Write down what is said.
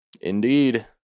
Indeed